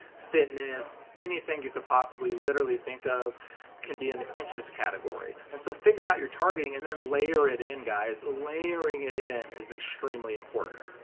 fitness, anything you could possibly literally think of can be in the interest category. and so figure out your targeting and then layer it in, guys. layering it in is extremely important.